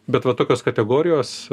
bet va tokios kategorijos